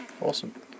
Awesome